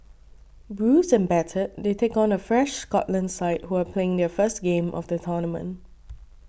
bruised and battered they take on a fresh Scotland side who are playing their first game of the tournament